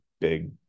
big